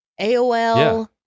AOL